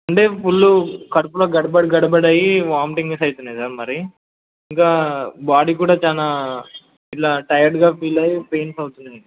అంటే ఫుల్లు కడుపులో గడ బడగడ బడ అయ్యి వాంటింగ్స్ అవుతున్నాయి సార్ మరి ఇంకా బాడీ కూడా చాలా ఇలా టైర్డ్గా ఫీల్ అయి పెయిన్స్ అవుతున్నాయి